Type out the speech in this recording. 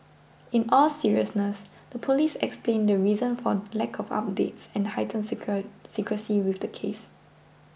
in all seriousness the police explained the reason for lack of updates and heightened secrecy with the case